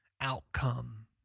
outcome